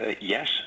Yes